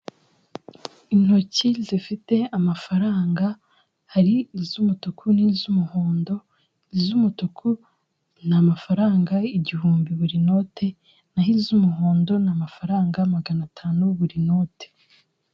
Intoki zifite amafaranga. Hari izumutuku n'izumuhondo. Izumutuku ni amafaranga igihumbi buri note, naho izumuhondo ni amafaranga magana atanu buri note.